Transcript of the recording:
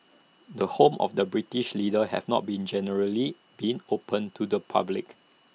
the homes of British leaders have not generally been open to the public